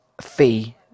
fee